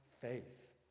faith